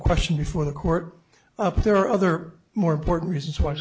question before the court up there are other more important reasons why